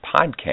podcast